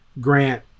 Grant